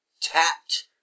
tapped